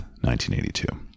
1982